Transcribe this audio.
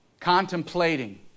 contemplating